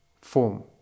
form